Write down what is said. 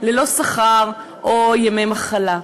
ללא שכר או ימי מחלה.